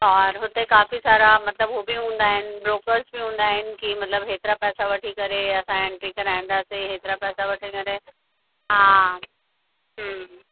और हुते काफ़ी सारा मतलबु उहो बि हूंदा आहिनि ब्रोकर्स बि हूंदा आहिनि कि मतलबु हेतिरा पैसा वठी करे असां एंट्री कराईंदासीं हेतिरा पैसा वठी करे हा हम्म